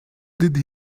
did